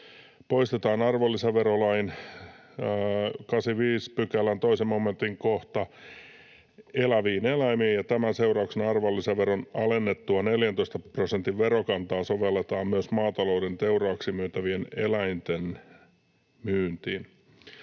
Poistetaan arvonlisäverolain 85 §:n 2 momentin kohta ”eläviin eläimiin”. Tämän seurauksena arvonlisäveron alennettua 14 prosentin verokantaa sovelletaan myös maatalouden teuraaksi myytävien elävien eläinten myyntiin.